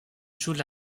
jouent